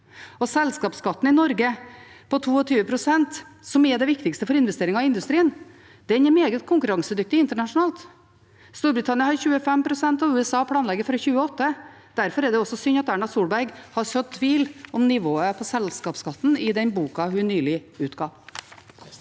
Selskapsskatten i Norge på 22 pst., som er det viktigste for investeringer i industrien, er meget konkurransedyktig internasjonalt. Storbritannia har 25 pst., og USA planlegger for 28 pst. Derfor er det også synd at Erna Solberg har sådd tvil om nivået på selskapsskatten i den boka hun nylig har